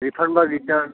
refund বা return